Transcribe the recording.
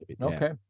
okay